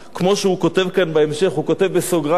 כמו שהוא כותב כאן בהמשך, הוא כותב בסוגריים: